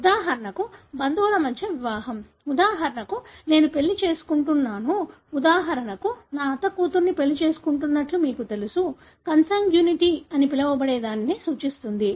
ఉదాహరణకు బంధువుల మధ్య వివాహం ఉదాహరణకు నేను పెళ్ళి చేసుకుంటున్నాను ఉదాహరణకు నా అత్త కూతురిని పెళ్లి చేసుకున్నట్లు మీకు తెలుసు కన్సాంగ్యూనిటీ అని పిలవబడే దానిని సూచిస్తుంది